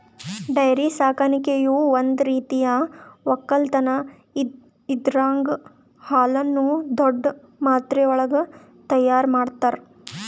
dairy ಸಾಕಾಣಿಕೆಯು ಒಂದ್ ರೀತಿಯ ಒಕ್ಕಲತನ್ ಇದರಾಗ್ ಹಾಲುನ್ನು ದೊಡ್ಡ್ ಮಾತ್ರೆವಳಗ್ ತೈಯಾರ್ ಮಾಡ್ತರ